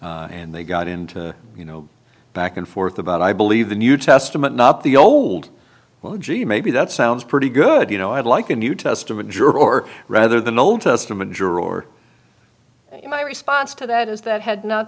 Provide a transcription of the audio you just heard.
death and they got into you know back and forth about i believe the new testament not the old well gee maybe that sounds pretty good you know i'd like a new testament jury or rather the old testament juror or my response to that is that had not